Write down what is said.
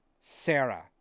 Sarah